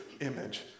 image